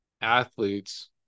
athletes